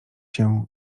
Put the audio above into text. się